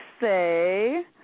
say